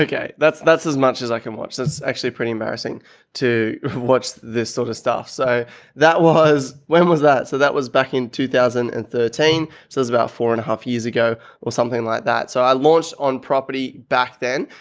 ah that's, that's as much as i can watch. that's actually a pretty embarrassing to watch this sort of stuff. so that was, when was that? so that was back in two thousand and thirteen. so there's about four and a half years ago or something like that. so i launched on property back then,